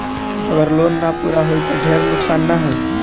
अगर लोन ना पूरा होई त ढेर नुकसान ना होई